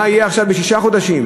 מה יהיה עכשיו בשישה חודשים?